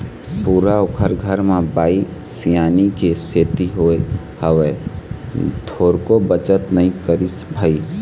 पूरा ओखर घर म बाई सियानी के सेती होय हवय, थोरको बचत नई करिस भई